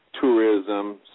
tourism